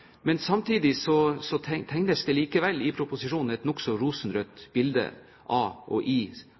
Men samtidig tegnes det i proposisjonen et nokså rosenrødt bilde av, i og rundt situasjonen i